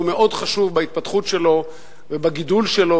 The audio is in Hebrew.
מאוד חשוב בהתפתחות שלו ובגידול שלו,